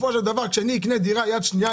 כשאני אקנה דירה יד שנייה,